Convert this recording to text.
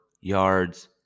yards